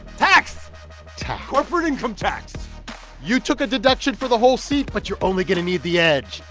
tax. tax corporate income tax you took a deduction for the whole seat, but you're only going to need the edge